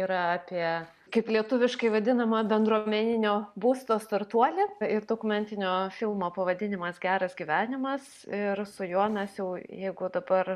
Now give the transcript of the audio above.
yra apie kaip lietuviškai vadinamą bendruomeninio būsto startuolį ir dokumentinio filmo pavadinimas geras gyvenimas ir su juo mes jau jeigu dabar